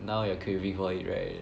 now you're craving for it right